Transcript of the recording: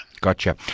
Gotcha